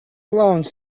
alone